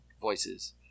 voices